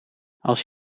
als